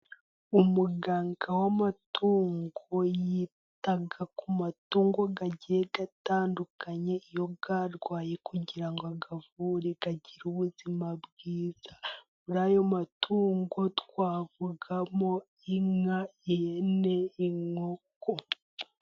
Umuganga w'amatungo, yita ku matungo atandukanye, iyo yarwaye kugira ngo ayavure, agire ubuzima bwiza bw'ayo matungo, twavugamo inka, ihene, inkoko...